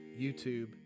YouTube